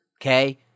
Okay